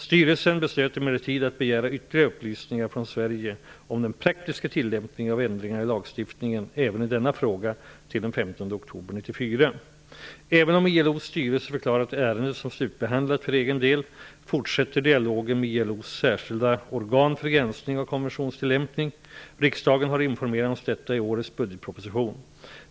Styrelsen beslöt emellertid att begära ytterligare upplysningar från Sverige om den praktiska tillämpningen av ändringarna i lagstiftningen även i denna fråga till den 15 oktober Även om ILO:s styrelse förklarat ärendet som slutbehandlat för egen del fortsätter dialogen med ILO:s särskilda organ för granskning av konventionstillämpning. Riksdagen har informerats om detta i årets budgetproposition.